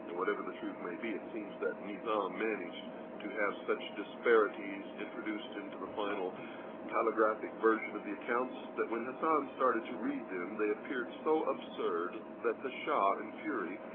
whatever the truth may be, it seems that nizam managed to have such disparities introduced into the final calligraphic version of the accounts that when hasan started to read them they appeared so absurd that the shah, in fury,